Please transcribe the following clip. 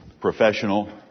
professional